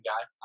guy